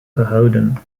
gehouden